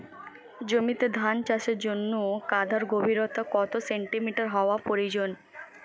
জমিতে ধান চাষের জন্য কাদার গভীরতা কত সেন্টিমিটার হওয়া প্রয়োজন?